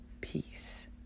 peace